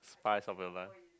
spice of your life